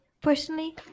Personally